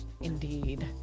Indeed